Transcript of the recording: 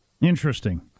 Interesting